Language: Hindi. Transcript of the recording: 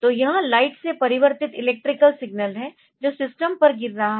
तो यह लाइट से परिवर्तित इलेक्ट्रिकल सिग्नल है जो सिस्टम पर गिर रहा है